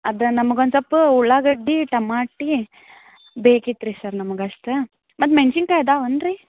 ಅದೇ ನಮ್ಗೆ ಒಂದು ಸಲ್ಪು ಉಳ್ಳಾಗಡ್ಡೆ ಟಮಾಟಿ ಬೇಕಿತ್ತು ರೀ ಸರ್ ನಮಗಷ್ಟೇ ಮತ್ತು ಮೆಣ್ಸಿನ್ಕಾಯಿ ಅದಾವೇನ್ ರೀ